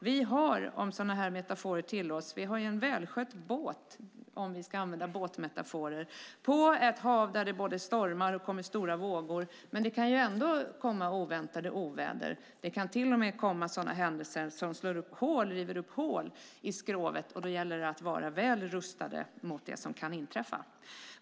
Vi har, om metaforer tillåts, en välskött båt på ett hav där det både stormar och kommer stora vågor. Det kan dock komma oväntade oväder. Det kan till och med komma händelser som river upp hål i skrovet, och då gäller det att vara väl rustade för det som kan inträffa.